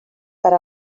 per